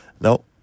No